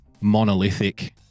monolithic